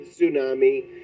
tsunami